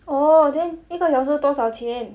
oh then 一个小时多少钱